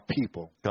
people